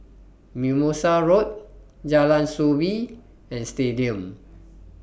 Mimosa Road Jalan Soo Bee and Stadium